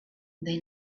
they